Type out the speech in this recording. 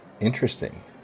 interesting